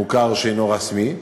מוכר שאינו רשמי,